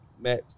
Matt